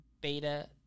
Beta